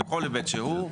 בכל היבט שהוא,